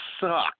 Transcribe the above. suck